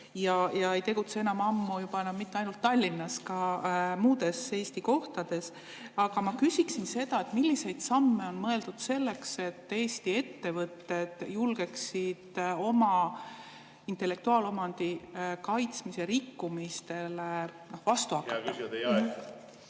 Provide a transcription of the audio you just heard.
ja ei tegutse enam ammu mitte ainult Tallinnas, vaid ka muudes Eesti kohtades. Aga ma küsiksin seda, milliseid samme on mõeldud astuda selleks, et Eesti ettevõtted julgeksid oma intellektuaalomandi kaitse rikkumistele vastu hakata.